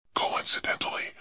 Coincidentally